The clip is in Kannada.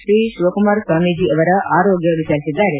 ಶ್ರೀ ಶಿವಕುಮಾರ್ ಸ್ವಾಮಿಜೇ ಅವರ ಆರೋಗ್ಯ ವಿಚಾರಿಸಿದ್ದಾರೆ